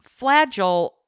flagell